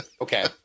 Okay